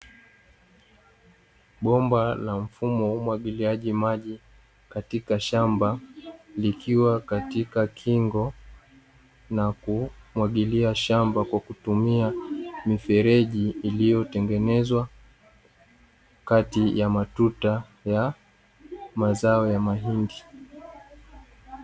Bomba la mfumo wa umwagiliaji maji katika shamba, likiwa katika kingo na kumwagilia shamba kwa kutumia mifereji iliyotengezwa kati ya matuta ya mazao ya mahindi.